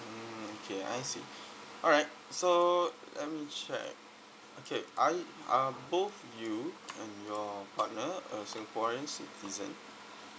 mm okay I see alright so let me check okay are y~ are both you and your partner uh singaporean citizen